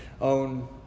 own